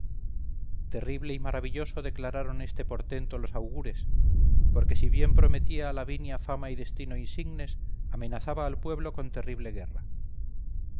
terrible y maravilloso declararon este portento los augures porque si bien prometía a lavinia fama y destino insignes amenazaba al pueblo con terrible guerra